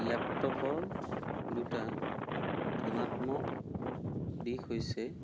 লেপটপৰ দুটা ধনাত্মক দিশ হৈছে